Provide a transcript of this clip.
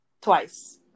twice